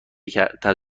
کردم